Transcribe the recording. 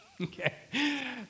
Okay